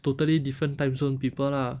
totally different timezone people lah